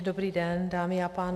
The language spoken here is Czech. Dobrý den, dámy a pánové.